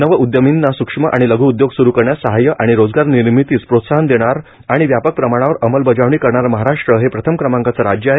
नव उद्यमींना सूक्ष्म आणि लघ् उद्योग स्रु करण्यास सहाय्य आणि रोजगार निर्मितीस प्रोत्साहन देणारे आणि व्यापक प्रमाणावर अंमलबजावणी करणारे महाराष्ट्र हे प्रथम क्रमांकाचे राज्य आहे